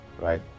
right